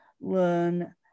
learn